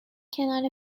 کنار